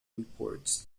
reports